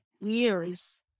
years